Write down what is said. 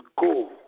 go